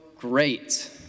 great